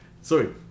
sorry